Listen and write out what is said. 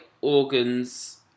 organs